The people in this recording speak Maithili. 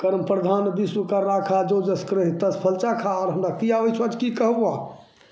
कर्म प्रधान विश्व कर राखा जो जस करहिँ तस फल चाखा आओर हमरा कि आबै छऽ जे कि कहबऽ